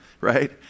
right